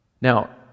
Now